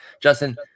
justin